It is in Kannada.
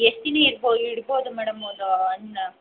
ಎಷ್ಟು ದಿನ ಇಡ್ಬೋ ಇಡ್ಬೋದು ಮೇಡಮ್ ಅದು ಹಣ್ಣು